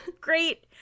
great